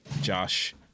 Josh